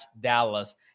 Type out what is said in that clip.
dallas